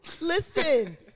listen